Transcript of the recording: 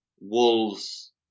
Wolves